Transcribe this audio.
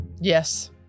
Yes